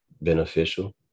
beneficial